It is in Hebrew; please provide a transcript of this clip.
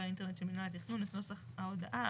האינטרנט של מינהל התכנון את נוסח ההודעה,